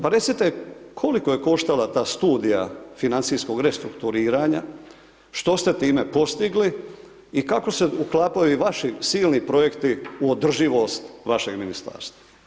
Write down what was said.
Pa recite kolika je koštala ta studija financijskog restrukturiranja, što ste s time postigli i kako se uklapaju vaši silni projekti u održivost vašeg ministarstva?